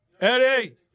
Eddie